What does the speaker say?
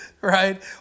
right